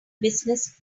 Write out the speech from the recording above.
business